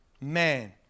Man